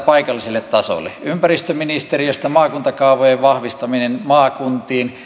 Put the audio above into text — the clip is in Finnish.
paikallisille tasoille ympäristöministeriöstä maakuntakaavojen vahvistaminen maakuntiin